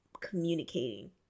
communicating